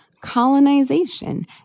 colonization